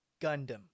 Gundam